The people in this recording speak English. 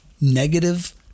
negative